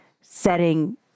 setting